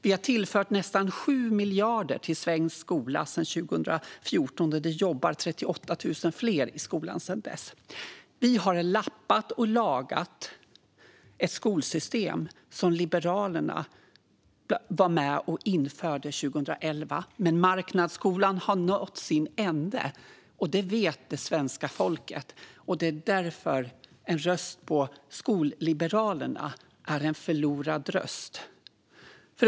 Vi har tillfört nästan 7 miljarder till svensk skola sedan 2014, och det jobbar 38 000 fler i skolan än då. Vi har lappat och lagat ett skolsystem som Liberalerna var med och införde 2011. Men marknadsskolan har nått sin ände, och det vet det svenska folket. Det är därför en röst på Skol-Liberalerna är en förlorad röst.